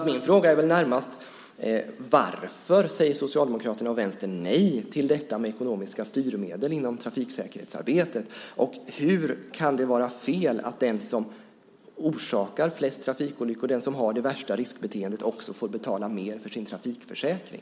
Min fråga är väl närmast varför Socialdemokraterna och Vänstern säger nej till ekonomiska styrmedel inom trafiksäkerhetsarbetet. Och hur kan det vara fel att den som orsakar flest trafikolyckor, den som har det värsta riskbeteendet, också får betala mer för sin trafikförsäkring?